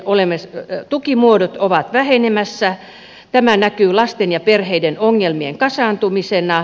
yhteiskunnalliset tukimuodot ovat vähenemässä ja tämä näkyy lasten ja perheiden ongelmien kasaantumisena